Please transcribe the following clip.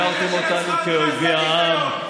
כשחברים שלי כועסים כי אין להם מה לאכול זה ביזיון.